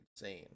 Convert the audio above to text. insane